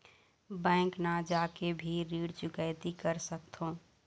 Bank न जाके भी ऋण चुकैती कर सकथों?